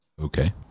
Okay